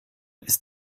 ist